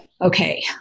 okay